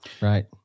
Right